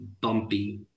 bumpy